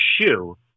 shoe